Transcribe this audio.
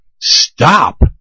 Stop